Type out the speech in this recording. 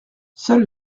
seule